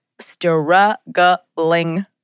struggling